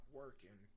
working